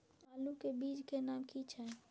आलू के बीज के नाम की छै?